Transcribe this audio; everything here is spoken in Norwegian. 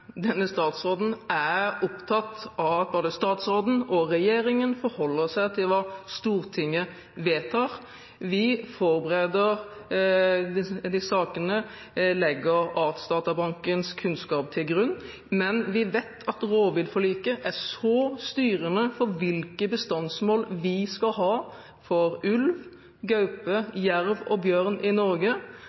Denne statsråden er opptatt av at både statsråden og regjeringen forholder seg til hva Stortinget vedtar. Vi forbereder disse sakene, legger Artsdatabankens kunnskap til grunn, men vi vet at rovviltforliket er så styrende for hvilke bestandsmål vi skal ha for ulv, gaupe, jerv og bjørn i Norge,